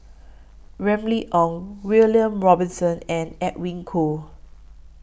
Remy Ong William Robinson and Edwin Koo